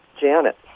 Janet